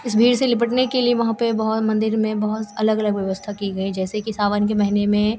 इस भीड़ से निपटने के लिए वहाँ पर बहुत मन्दिर में बहुत अलग अलग व्यवस्था की गई जैसे कि सावन के महीने में